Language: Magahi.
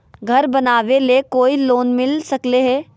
घर बनावे ले कोई लोनमिल सकले है?